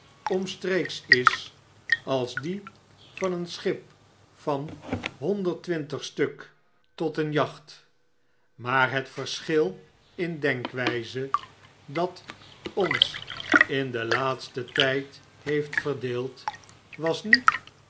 omstreeks is als die van een schip van honderd twintig stuk dickens de klolc van meester humphrey tot een jacht maar het verschil in denkwijze dat ons in den laatsten tijd heeft verdeeld was niet